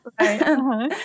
right